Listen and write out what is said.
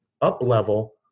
up-level